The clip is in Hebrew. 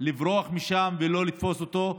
לברוח משם ושלא יתפסו אותו.